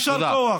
יישר כוח.